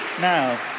Now